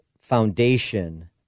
foundation